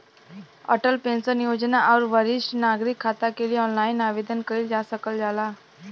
Atal pension योजना आउर वरिष्ठ नागरिक खाता के लिए ऑनलाइन आवेदन कइल जा सकल जाला